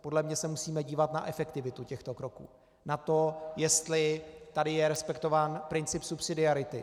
Podle mě se musíme dívat na efektivitu těchto kroků, na to, jestli tady je respektován princip subsidiarity.